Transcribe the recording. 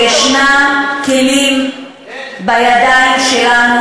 אני חושבת שיש כלים בידיים שלנו,